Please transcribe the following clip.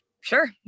sure